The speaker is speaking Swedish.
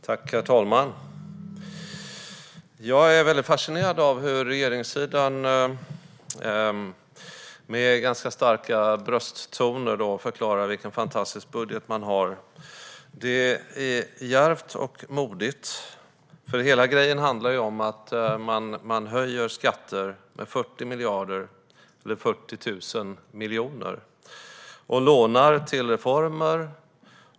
Herr talman! Jag är fascinerad av hur regeringssidan förklarar, med ganska starka brösttoner, vilken fantastisk budget man har. Det är djärvt och modigt. Hela grejen handlar om att man höjer skatter med 40 miljarder, eller 40 000 miljoner, och lånar till reformer.